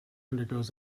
undergoes